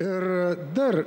ir dar